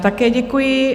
Také děkuji.